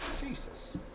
Jesus